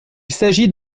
s’agit